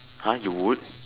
!huh! you would